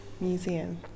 Museum